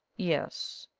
yes.